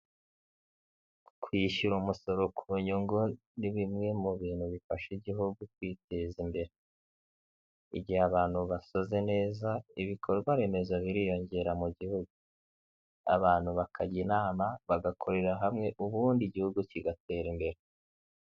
Kwishyura umusoro ku nyungu ni bimwe mu bintu bifasha igihugu kwiteza imbere. Igihe abantu basoze neza ibikorwa remezo biriyongera mu gihugu. Abantu bakajya inama bagakorera hamwe ubundi igihugu kigatera imbere.